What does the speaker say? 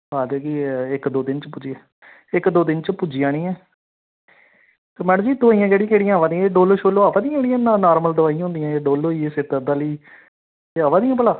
आखदी कि इक दो दिन्न च पुज्जी इक दो दिन च पुज्जी जानी ऐ ते मैड़म जी दवाईयां केह्ड़ियां केह्ड़ियां अवा दियां एह् डोल्लो शोल्लो अवा दियां जेह्ड़ियां नार्मल दवाईं जियां डोल्लो होई सर दर्द आह्ली एह् अवा दियां भला